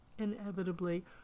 inevitably